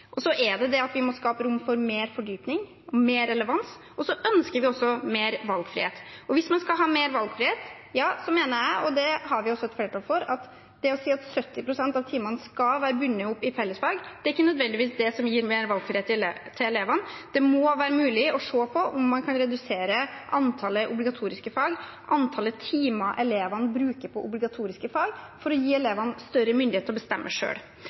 Vi må skape rom for mer fordypning og mer relevans, og vi ønsker også mer valgfrihet. Hvis man skal ha mer valgfrihet, mener jeg, og det har vi også et flertall for, at det å si at 70 pst. av timene skal være bundet opp i fellesfag, ikke nødvendigvis er det som gir mer valgfrihet til elevene. Det må være mulig å se på om man kan redusere antallet obligatoriske fag, antallet timer elevene bruker på obligatoriske fag, for å gi elevene større myndighet til å bestemme